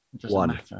one